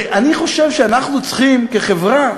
ואני חושב שאנחנו צריכים, כחברה,